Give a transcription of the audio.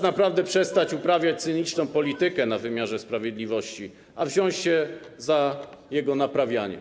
Naprawdę czas przestać uprawiać cyniczną politykę kosztem wymiaru sprawiedliwości, a wziąć się za jego naprawianie.